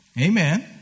amen